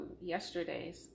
Yesterday's